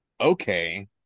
okay